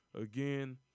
again